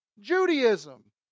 Judaism